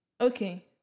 okay